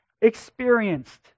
experienced